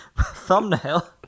thumbnail